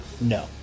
No